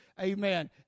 Amen